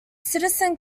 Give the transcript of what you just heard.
citizen